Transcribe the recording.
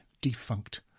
Defunct